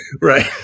Right